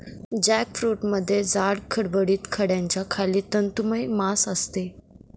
जॅकफ्रूटमध्ये जाड, खडबडीत कड्याच्या खाली तंतुमय मांस असते